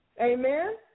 Amen